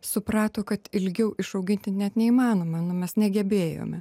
suprato kad ilgiau išauginti net neįmanoma nu mes negebėjome